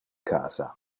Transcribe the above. casa